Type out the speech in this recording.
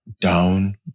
down